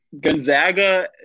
Gonzaga